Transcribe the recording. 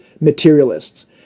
materialists